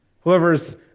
whoever's